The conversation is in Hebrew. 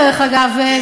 דרך אגב,